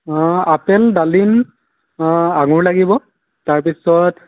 অ' apple ডালিম অ' আঙুৰ লাগিব তাৰপিছত